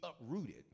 uprooted